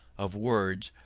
of words,